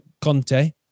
Conte